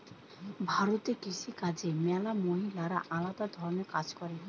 ভারতে কৃষি কাজে ম্যালা মহিলারা আলদা ধরণের কাজ করে